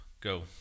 go